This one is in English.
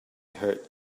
hurt